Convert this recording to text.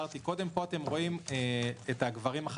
אתם רואים פה את שיעור ההשתתפות של הגברים החרדים,